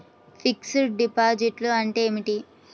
Fixed డిపాజిట్లు అంటే ఏమిటి?